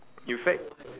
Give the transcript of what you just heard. in fact